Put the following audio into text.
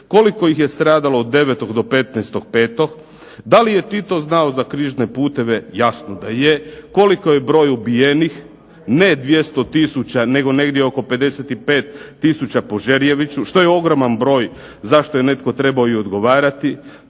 Koliko ih je stradalo od 9. do 15.5. Da li je Tito znao za Križne puteve? Jasno da je. Koliki je broj ubijenih? Ne 200000, nego negdje oko 55 tisuća po Žerjeviću što je ogroman broj zašto je netko trebao i odgovarati,